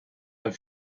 are